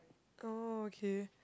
oh okay